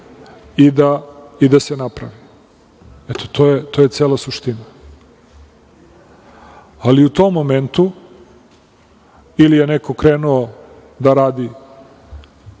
i da se napravi. To je cela suština. Ali, u tom momentu ili je neko krenuo da radi